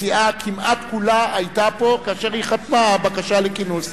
הסיעה כמעט כולה היתה פה כאשר היא חתמה על בקשה לכינוס.